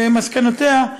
ומסקנותיה,